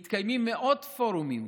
מתקיימים מאות פורומים